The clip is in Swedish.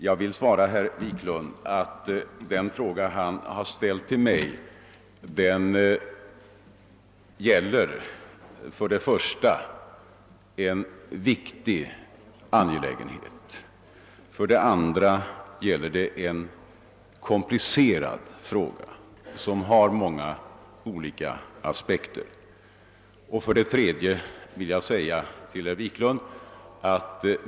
Jag vill svara herr Wiklund i Stockholm att den fråga han har ställt till mig gäller en angelägenhet som är både viktig och komplicerad och har många olika aspekter.